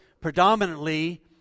predominantly